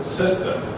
system